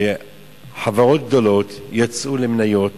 שחברות גדולות יצאו למניות